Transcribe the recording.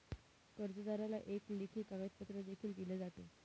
कर्जदाराला एक लेखी कागदपत्र देखील दिले जाते